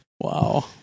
wow